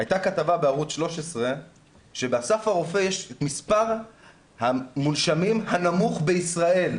היתה כתבה בערוץ 13 שבאסף הרופא יש מספר המונשמים הנמוך בישראל.